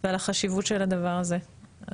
ועל החשיבות של הדבר הזה.